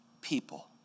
people